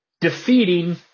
defeating